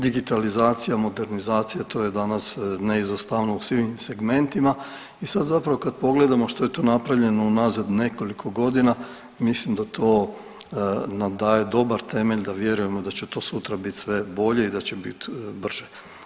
Digitalizacija, modernizacija, to je danas neizostavno u svim segmentima i sad zapravo kad pogledamo što je to napravljeno unazad nekoliko godina, mislim da to nam dalje dobar temelj da vjerujemo da će to sutra bit sve bolje i da će bit brže.